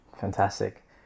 Fantastic